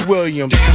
Williams